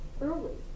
early